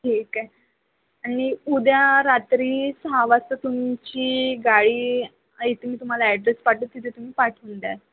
ठीक आहे आणि उद्या रात्री सहा वाजता तुमची गाडी इथे मी तुम्हाला ॲड्रेस पाठवते तिथे तुम्ही पाठवून द्याल